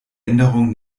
änderungen